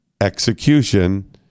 execution